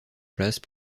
place